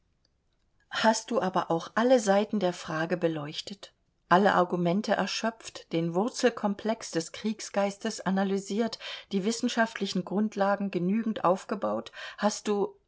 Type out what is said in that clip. hast du aber auch alle seiten der frage beleuchtet alle argumente erschöpft den wurzelkomplex des kriegsgeistes analisiert die wissenschaftlichen grundlagen genügend aufgebaut hast du